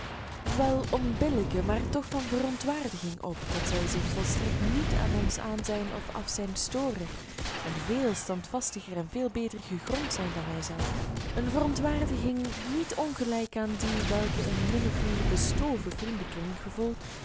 wel onbillijke maar toch van verontwaardiging op dat zij zich volstrekt niet aan ons aanzijn of afzijn storen en veel standvastiger en veel beter gegrond zijn dan wijzelf eene verontwaardiging niet ongelijk aan die welke een min of meer bestoven vriendenkring gevoelt